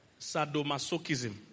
Sadomasochism